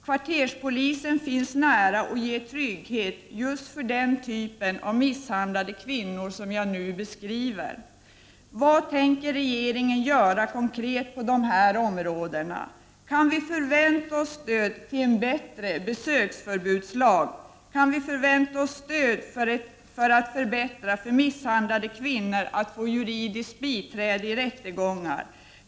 Kvarterspoliser finns nära och ger trygghet för just den typ av misshandlade kvinnor som jag nu beskriver. Vad tänker regeringen göra konkret på dessa områden? Kan vi förvänta oss stöd för en bättre besöksförbudslag? Kan vi förvänta oss stöd för att misshandlade kvinnor skall få juridiskt biträde vid rättegångar?